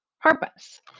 purpose